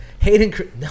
Hayden